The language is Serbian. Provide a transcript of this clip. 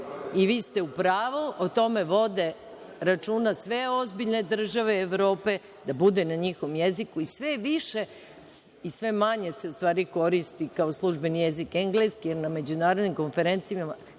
i vi ste u pravu. O tome vode računa sve ozbiljne države Evrope, da bude na njihovom jeziku, i sve manje se koristi kao služben jezik engleski, jer na međunarodnim konferencijama